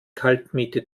kaltmiete